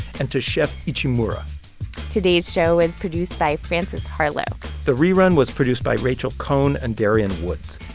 and to chef ichimura today's show is produced by frances harlow the rerun was produced by rachel cohn and darian woods.